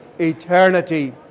eternity